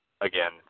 again